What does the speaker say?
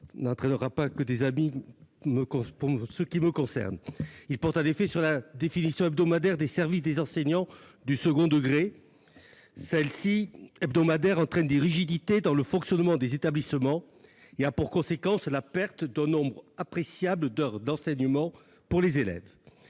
me vaudra pas que des amis ... Il porte en effet sur la définition hebdomadaire du service des enseignants du second degré, laquelle entraîne des rigidités dans le fonctionnement des établissements et a pour conséquence la perte d'un nombre appréciable d'heures d'enseignement pour les élèves.